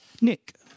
Nick